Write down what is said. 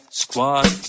squad